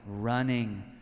running